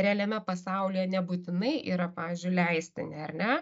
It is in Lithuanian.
realiame pasaulyje nebūtinai yra pavyzdžiui leistini ar ne